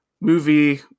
movie